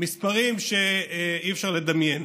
מספרים שאי-אפשר לדמיין.